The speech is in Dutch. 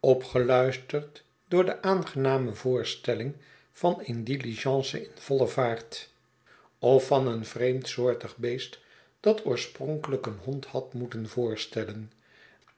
opgeluisterd door de aangename voorstelling van een diligence in voile vaart of van een vreemdsoortig beest dat oorspronkelijk een hond had moeten voorstellen